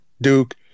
Duke